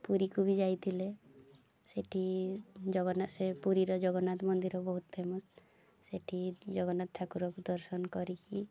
ପୁରୀକୁ ବି ଯାଇଥିଲେ ସେଠି ଜଗନ୍ନାଥ ସେ ପୁରୀର ଜଗନ୍ନାଥ ମନ୍ଦିର ବହୁତ ଫେମସ୍ ସେଠି ଜଗନ୍ନାଥ ଠାକୁରଙ୍କୁ ଦର୍ଶନ କରିକି